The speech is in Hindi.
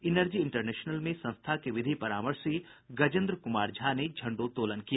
इनर्जी इंटरनेशनल में संस्था के विधि परामर्शी गजेन्द्र कुमार झा ने झंडोत्तोलन किया